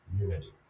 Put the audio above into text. unity